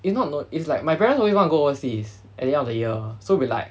it's not no it's like my parents always want to go overseas at the end of the year so we like